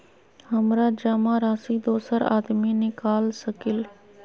हमरा जमा राशि दोसर आदमी निकाल सकील?